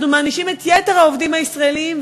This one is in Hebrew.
אנחנו מענישים את יתר העובדים הישראלים,